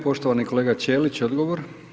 Poštovani kolega Ćelić odgovor.